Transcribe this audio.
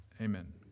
amen